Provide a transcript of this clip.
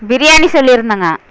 biryani சொல்லியிருந்தங்க